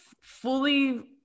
fully